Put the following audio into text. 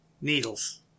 needles